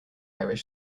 irish